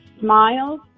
smiles